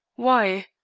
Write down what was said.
why?